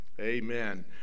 amen